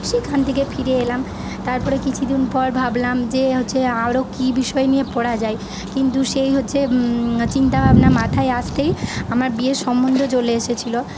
সেখান থেকে ফিরে এলাম তারপরে কিছুদিন পরে ভাবলাম যে হচ্ছে আরও কি বিষয় নিয়ে পড়া যায় কিন্তু সেই হচ্ছে চিন্তা ভাবনা মাথায় আসতেই আমার বিয়ের সম্বন্ধ চলে এসেছিল